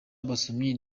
abasomyi